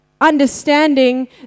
understanding